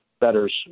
betters